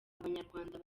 abanyarwanda